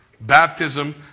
Baptism